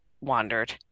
wandered